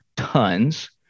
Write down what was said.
tons